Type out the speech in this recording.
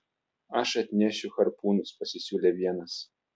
aš atnešiu harpūnus pasisiūlė vienas